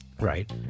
right